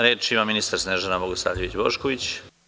Reč ima ministar Snežana Bogosavljević Bošković.